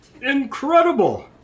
Incredible